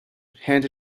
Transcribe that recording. hand